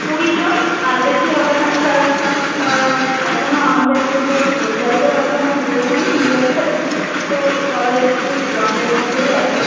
কুড়ি জন তার বেশি হবে না কারণ এখনও আমাদের তো ধর রেজাল্টও এখনও বের হয়নি টুয়েলভের তো সবাই একটু দ্বন্দ্বের মধ্যেই আছে